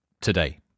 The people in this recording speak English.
today